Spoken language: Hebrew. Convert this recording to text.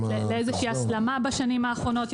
עדים להסלמה בשנים האחרונות.